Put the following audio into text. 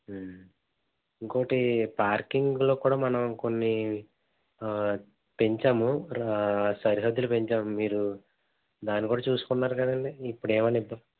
ఇంకొకటి పార్కింగ్లో కూడా మనం కొన్ని పెంచాము సరిహద్దులు పెంచాము మీరు దాన్ని కూడా చూసుకున్నారు కదండీ ఇప్పుడు ఏమైనా ఇబ్బ